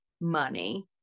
money